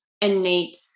innate